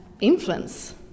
influence